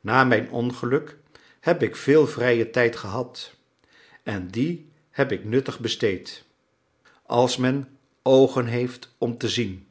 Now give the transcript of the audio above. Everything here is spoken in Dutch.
na mijn ongeluk heb ik veel vrijen tijd gehad en dien heb ik nuttig besteed als men oogen heeft om te zien